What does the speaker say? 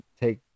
take